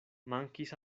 mankis